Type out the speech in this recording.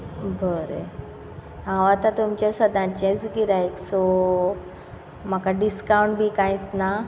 बरें हांव आतां तुमचें सदांचेंच गिरायक सो म्हाका डिसकावण बी कांयच ना